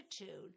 attitude